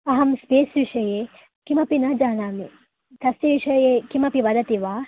अहं स्पेस्विषये किमपि न जानामि तस्य विषये किमपि वदति वा